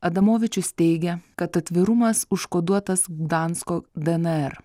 adamovičius teigė kad atvirumas užkoduotas gdansko dnr